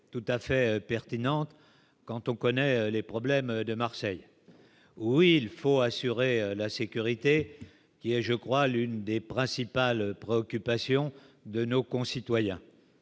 Tout à fait pertinente quand on connaît les problèmes de Marseille oui, il faut assurer la sécurité qui est, je crois, l'une des principales préoccupations de nos concitoyens.